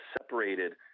separated